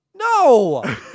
No